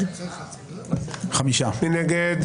מי נמנע?